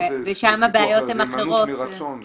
שם זה הימנעות מרצון,